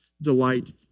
delight